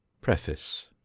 Preface